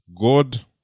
god